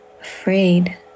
afraid